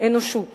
אנושות